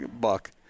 buck